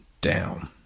Down